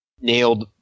nailed